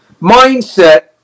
mindset